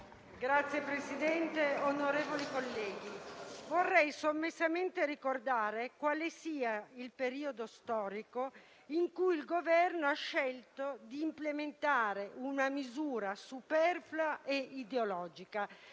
Signor Presidente, onorevoli colleghi, vorrei sommessamente ricordare quale sia il periodo storico in cui il Governo ha scelto di implementare una misura superflua e ideologica